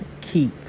keep